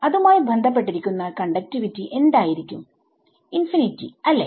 അതുമായി ബന്ധപ്പെട്ടിരിക്കുന്ന കണ്ടക്റ്റിവിറ്റി എന്തായിരിക്കുംഇനിഫിനിറ്റി അല്ലെ